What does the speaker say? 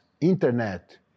Internet